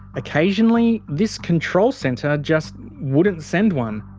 occasionally, this control centre just wouldn't send one.